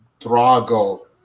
Drago